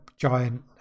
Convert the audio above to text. Giant